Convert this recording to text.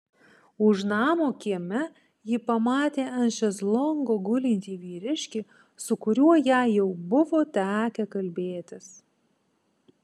už namo kieme ji pamatė ant šezlongo gulintį vyriškį su kuriuo jai jau buvo tekę kalbėtis